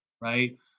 right